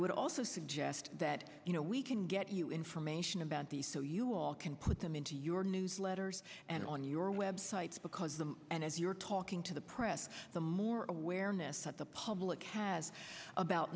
would also suggest that you know we can get you information about these so you are can put them into your newsletters and on your websites because the and as you're talking to the press the more awareness that the public has about